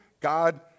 God